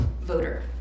voter